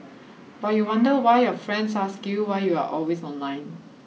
but you wonder why your friends ask you why you are always online